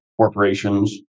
corporations